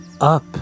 up